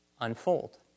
unfold